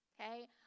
Okay